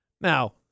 Now